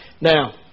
Now